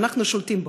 שאנחנו שולטים בו.